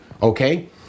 Okay